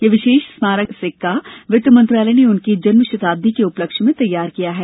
यह विशेष स्मारक सिक्का वित्त मंत्रालय ने उनकी जन्मशताब्दी के उपलक्ष्य में तैयार किया है